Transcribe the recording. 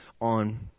on